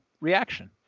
reaction